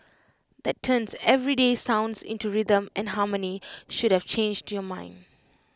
that turns everyday sounds into rhythm and harmony should have changed your mind